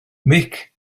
mhic